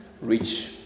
reach